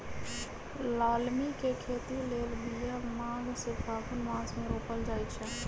लालमि के खेती लेल बिया माघ से फ़ागुन मास मे रोपल जाइ छै